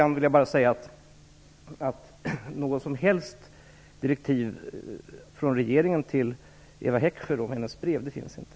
Något som helst direktiv från regeringen till Eva Heckscher vad gäller hennes brev finns inte.